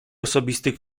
osobistych